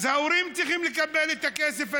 אז ההורים צריכים לקבל את הכסף הזה,